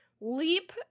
leap